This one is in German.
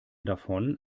davon